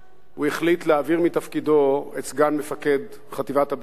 הוא החליט להעביר מתפקידו את סגן מפקד חטיבת הבקעה,